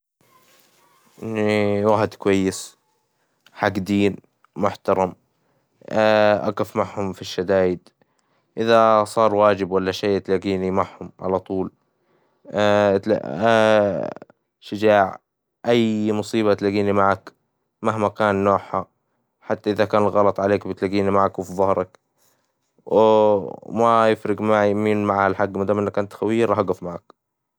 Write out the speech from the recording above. إني واحد كويس حجي محترم، أجف معهم في الشدايد، إذا صار واجب والا شي تلاجيني معهم على طول، شجاع أي مصيبة تلاجيني معك، مهما كان نوعها حتى إذا الغلط عليك بتلاجيني معك وفي ظهرك، وما يفرج معي مين معه الحق ما دام إنك إنت خويي راح أجف معاك.